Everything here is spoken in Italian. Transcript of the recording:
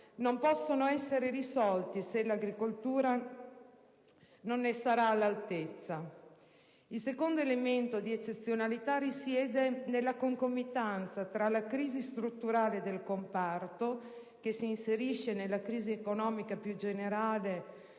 non possono essere risolti se l'agricoltura non ne sarà all'altezza. Il secondo elemento di eccezionalità risiede nella concomitanza tra la crisi strutturale del comparto, che si inserisce nella crisi economica più generale